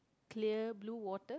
clear blue water